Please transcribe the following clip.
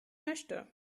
möchte